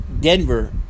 Denver